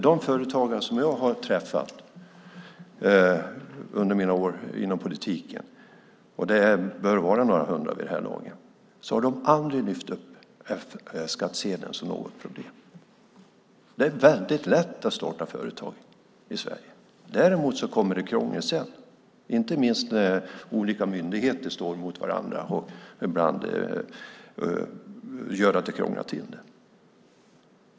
De företagare som jag har träffat under mina år inom politiken - det bör vara några hundra vid det här laget - har aldrig lyft upp F-skattsedeln som något problem. Det är väldigt lätt att starta företag i Sverige. Däremot kommer det krångel sedan, inte minst när olika myndigheter står mot varandra och ibland krånglar till det.